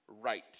right